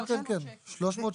רגע, יש לי פה שתי הערות.